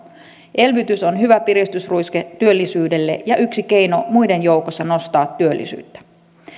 elvytys on hyvä piristysruiske työllisyydelle ja yksi keino muiden joukossa nostaa työllisyyttä